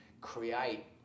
create